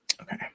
okay